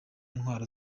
ntwaro